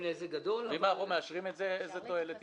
שם היצרן ומדינתו טור ב' שיעור ההיטל באחוזים